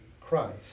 Christ